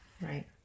Right